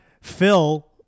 Phil